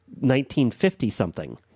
1950-something